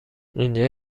اینجا